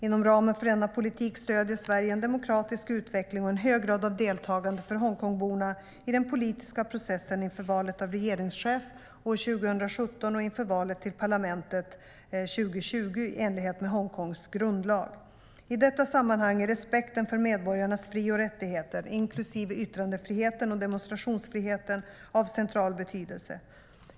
Inom ramen för denna politik stödjer Sverige en demokratisk utveckling och en hög grad av deltagande för Hongkongborna i den politiska processen inför valet av regeringschef år 2017 och inför valet till parlamentet 2020, i enlighet med Hongkongs grundlag. I detta sammanhang är respekten för medborgarnas fri och rättigheter, inklusive yttrandefriheten och demonstrationsfriheten, av central betydelse.